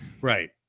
Right